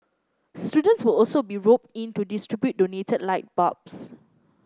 students will also be roped in to distribute donated light bulbs